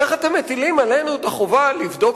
איך אתם מטילים עלינו את החובה לבדוק